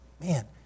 man